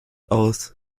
aus